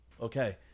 Okay